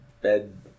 bed